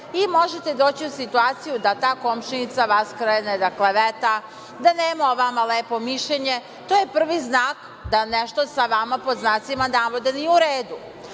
i možete doći u situaciju da ta komšinica vas krene da kleveta, da nema o vama lepo mišljenje. To je prvi znak da nešto sa vama pod znacima navoda nije u